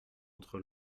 entre